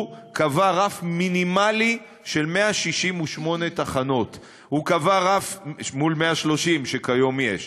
הוא קבע רף מינימלי של 168 תחנות מול 130 שכיום יש.